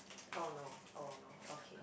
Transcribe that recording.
oh no oh no okay